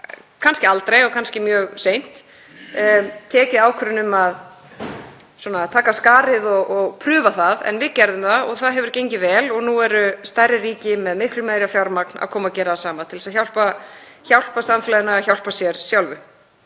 kannski aldrei og kannski mjög seint tekið ákvörðun um að taka af skarið og prófa það. Við gerðum það og það hefur gengið vel og nú eru stærri ríki, með miklu meira fjármagn, að koma og gera það sama til að hjálpa samfélaginu að hjálpa sér sjálfu.